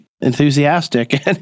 enthusiastic